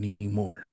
anymore